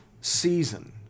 season